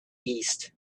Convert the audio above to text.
east